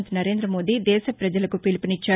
మంతి నరేంద్ర మోదీ దేశ పజలకు పిలుపునిచ్చారు